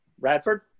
Radford